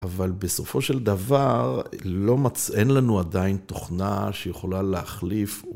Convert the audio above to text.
אבל בסופו של דבר, לא מצא.. אין לנו עדיין תוכנה שיכולה להחליף.